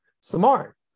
smart